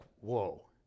whoa